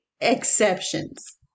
exceptions